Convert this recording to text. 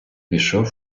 пішов